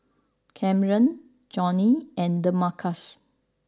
Camren Johny and Demarcus